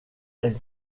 elle